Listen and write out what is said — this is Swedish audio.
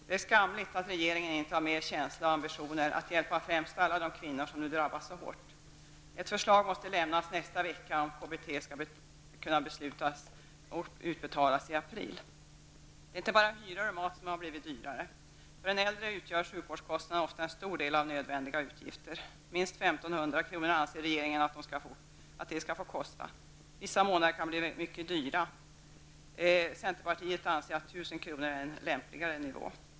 Det är skamligt att regeringen inte har mer känsla och ambitioner att hjälpa främst alla de kvinnor som nu drabbas så hårt. Ett förslag måste lämnas nästa vecka om KBT skall hinna betalas ut i april. Det är inte bara hyror och mat som blivit dyrare. För en äldre utgör sjukvårdskostnaderna ofta en stor del av nödvändiga utgifter. Minst 1 500 kr. anser regeringen att sjukvården skall få kosta. Vissa månader kan bli mycket dyra. Centerpartiet anser att 1 000 kr. är en lämpligare nivå.